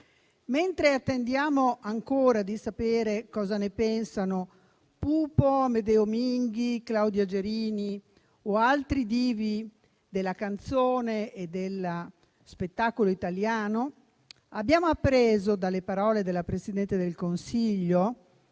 Mentre attendiamo ancora di sapere cosa ne pensano Pupo, Amedeo Minghi, Claudia Gerini o altri divi della canzone e dello spettacolo italiano, abbiamo appreso dalle parole della presidente del Consiglio